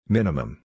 Minimum